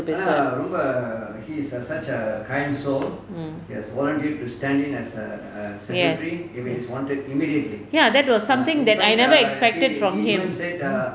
mm yes ya that was something that I never expected from him